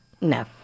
No